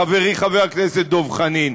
חברי חבר הכנסת דב חנין,